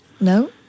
No